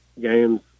games